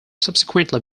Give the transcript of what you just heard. subsequently